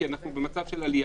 זאת אומרת: